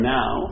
now